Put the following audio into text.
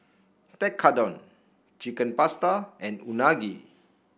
Tekkadon Chicken Pasta and Unagi